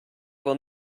will